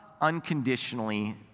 unconditionally